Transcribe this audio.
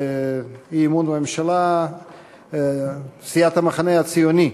יעת המחנה הציוני,